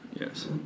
Yes